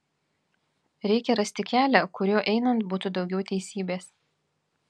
reikia rasti kelią kuriuo einant būtų daugiau teisybės